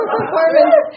Performance